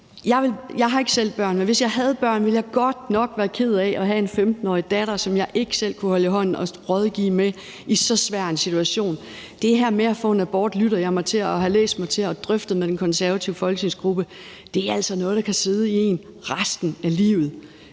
Jeg har ikke selv børn, men hvis jeg havde børn, ville jeg godt nok være ked af at have en 15-årig datter, som jeg ikke selv ville kunne holde i hånden og rådgive i så svær en situation. Det her med at få en abort, lytter jeg mig til, og har jeg læst mig til og drøftet med den konservative folketingsgruppe, er altså noget, der kan sidde i en resten af livet.